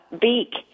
beak